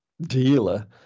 dealer